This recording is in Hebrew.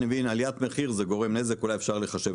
אני מבין עליית מחיר זה גורם נזק אולי אפשר לכמת את זה.